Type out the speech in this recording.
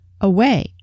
away